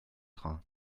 train